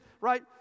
right